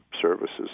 Services